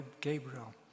Gabriel